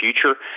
future